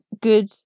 good